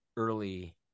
Early